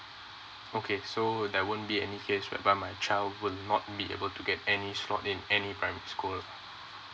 okay so there won't be any case whereby my child would not be able to get any slot in any private school